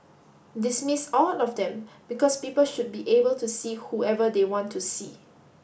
dismiss all of them because people should be able to see whoever they want to see